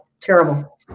Terrible